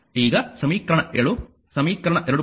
ಈಗ ಸಮೀಕರಣ 7 ಸಮೀಕರಣ 2